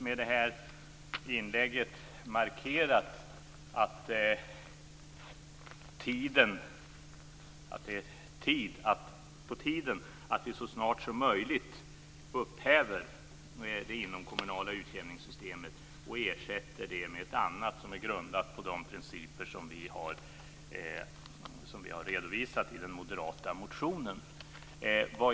Med det här inlägget har jag markerat att det är på tiden att vi så snart som möjligt upphäver det inomkommunala utjämningssystemet och ersätter det med ett annat som är grundat på de principer som vi har redovisat i den moderata motionen.